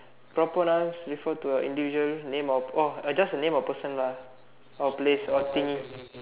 proper nouns refer to a individual name or orh just a name of a person lah or place or thingy